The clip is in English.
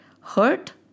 Hurt